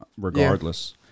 regardless